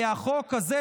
כי החוק הזה,